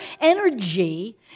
energy